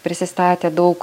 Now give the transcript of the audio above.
prisistatė daug